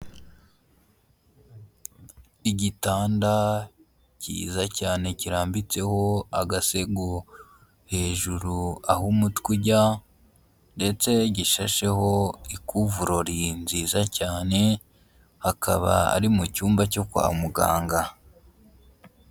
Igitanda kiza cyane kirambitseho agasego hejuru aho umutwe, ujya ndetse gishasheho ikuvurori nziza cyane, hakaba ari mu cyumba cyo kwa muganga.